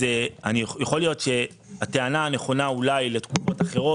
יכול להיות שהטענה נכונה אולי לתקופות ארוכות,